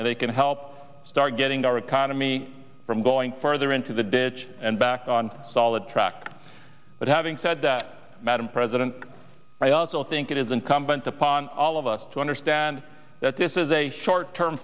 and they can help start getting our economy from going further into the ditch and back on solid track but having said that madam president i also think it is incumbent upon all of us to understand that this is a short term